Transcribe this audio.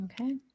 Okay